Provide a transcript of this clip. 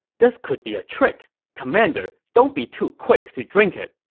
this could be a trick. commander, don't be too quick to drink it.